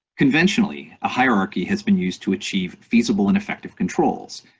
conventionally, a hierarchy has been used to achieve feasible and effective controls.